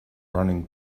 running